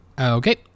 Okay